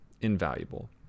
invaluable